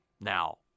Now –